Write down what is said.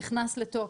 נכנס לתוקף.